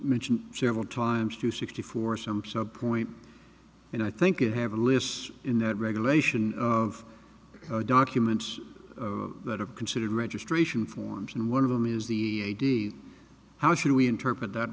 mentioned several times to sixty four some so point and i think you have a list in that regulation of documents that are considered registration forms and one of them is the ag how should we interpret that